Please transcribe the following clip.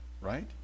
Right